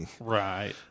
Right